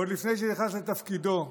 עוד לפני שנכנס לתפקידו,